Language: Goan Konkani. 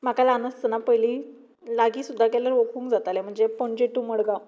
म्हाका ल्हान आसतना पयलीं लागीं सुद्दां गेल्यार ओकूंक जातालें म्हणजे पणजे टू मडगांव